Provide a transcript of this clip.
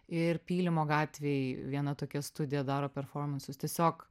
ir pylimo gatvėj viena tokia studija daro performansus tiesiog